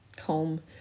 home